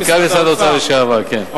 מנכ"ל משרד האוצר לשעבר, כן.